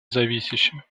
зависящее